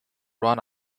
run